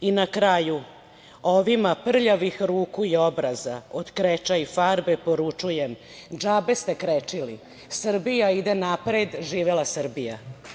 Na kraju, ovima prljavih ruku i obraza od kreča i farbe poručujem - džabe ste krečili, Srbija ide napred, živela Srbija!